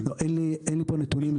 לא, אין לי פה נתונים.